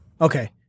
Okay